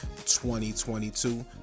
2022